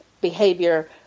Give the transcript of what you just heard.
behavior